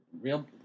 Real